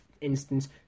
instance